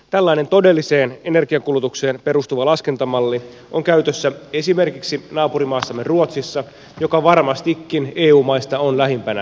tällainen todelliseen energiankulutukseen perustuva laskentamalli on käytössä esimerkiksi naapurimaassamme ruotsissa joka varmastikin eu maista on lähimpänä suomea